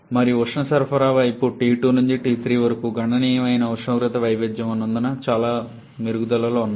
మరియు ఉష్ణ సరఫరా వైపు T2 నుండి T3 వరకు గణనీయమైన ఉష్ణోగ్రత వైవిధ్యం ఉన్నందున చాలా మెరుగుదలలు ఉన్నాయి